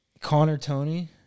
Connor-Tony